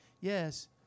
Yes